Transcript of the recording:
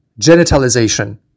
genitalization